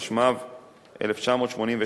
התשמ"ב 1982,